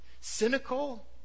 cynical